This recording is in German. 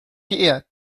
geehrt